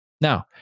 Now